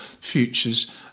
futures